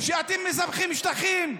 שאתם מספחים שטחים,